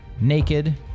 naked